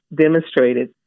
demonstrated